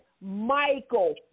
Michael